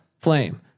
Flame